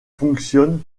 fonctionnent